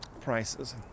prices